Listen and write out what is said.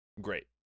Great